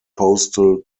postal